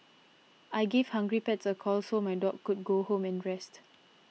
I gave Hungry Pets a call so my dog could go home and rest